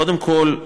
קודם כול,